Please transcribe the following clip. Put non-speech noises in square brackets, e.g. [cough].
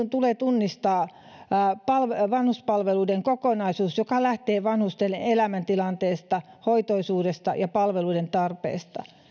[unintelligible] tulee tunnistaa vanhuspalveluiden kokonaisuus joka lähtee vanhusten elämäntilanteesta hoitoisuudesta ja palveluiden tarpeesta